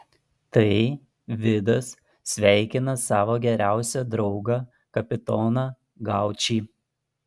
tai vidas sveikina savo geriausią draugą kapitoną gaučį